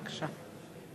בבקשה.